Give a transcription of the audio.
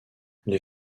les